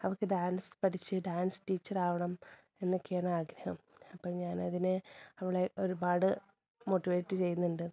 അവള്ക്ക് dance പഠിച്ച് dance ടീച്ചറാവണം എന്നൊക്കെയാണ് ആഗ്രഹം അപ്പോള് ഞാനതിനെ അവളെ ഒരുപാട് മോട്ടിവേറ്റ് ചെയ്യുന്നുണ്ട്